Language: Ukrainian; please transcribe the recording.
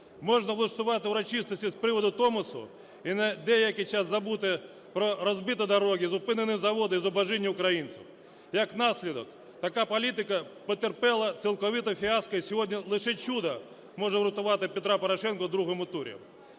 можна влаштувати урочистості з приводу Томосу і на деякий час забути про розбиті дороги, зупинені заводи, зубожіння українців. Як наслідок, така політика потерпіла цілковите фіаско, і сьогодні лише чудо може врятувати Петра Порошенка у другому турі.